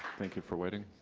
thank you for waiting.